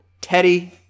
Teddy